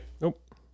Nope